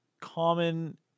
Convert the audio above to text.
common